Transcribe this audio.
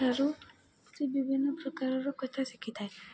ଠାରୁ ସେ ବିଭିନ୍ନ ପ୍ରକାରର କଥା ଶିଖିଥାଏ